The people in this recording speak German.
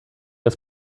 als